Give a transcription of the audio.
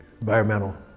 environmental